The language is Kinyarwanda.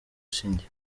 sinjye